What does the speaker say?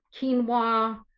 quinoa